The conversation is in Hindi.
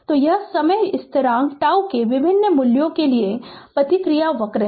तो यह समय स्थिरांक τ के विभिन्न मूल्यों के लिए प्रतिक्रिया वक्र है